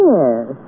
Yes